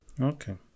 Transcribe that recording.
Okay